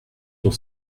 sont